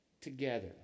together